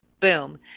boom